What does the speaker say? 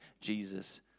Jesus